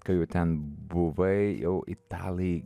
kai jau ten buvai jau italai